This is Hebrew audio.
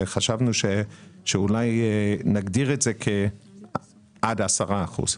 וחשבנו שאולי נגדיר את זה עד 10 אחוזים.